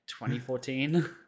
2014